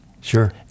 sure